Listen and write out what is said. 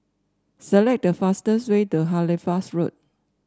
select the fastest way to Halifax Road